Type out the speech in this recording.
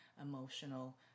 emotional